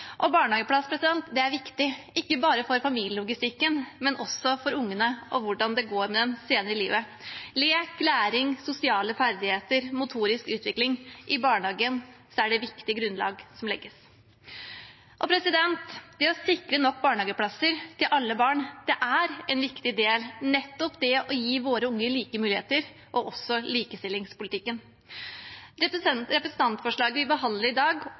Barnehageplass er viktig, ikke bare for familielogistikken, men også for ungene og hvordan det går med dem senere i livet. Med lek, læring, sosiale ferdigheter og motorisk utvikling i barnehagen er det viktige grunnlag som legges. Det å sikre nok barnehageplasser til alle barn er en viktig del av nettopp det å gi våre unger like muligheter, og også av likestillingspolitikken. Representantforslaget vi behandler i dag,